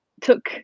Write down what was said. took